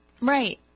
Right